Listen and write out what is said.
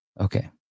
Okay